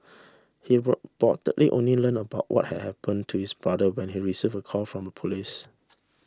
he reportedly only learned about what had happened to his brother when he receive a call from the police